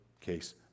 case